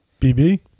bb